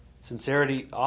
Sincerity